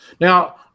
Now